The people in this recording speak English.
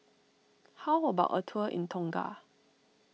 how about a tour in Tonga